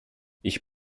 ich